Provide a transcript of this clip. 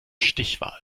stichwahl